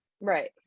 Right